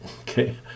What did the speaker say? Okay